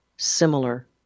Similar